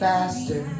Faster